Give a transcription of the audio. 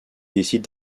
décide